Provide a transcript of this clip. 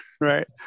Right